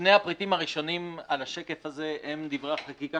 שני הפריטים הראשונים על השקף הזה הם דברי החקיקה